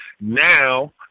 Now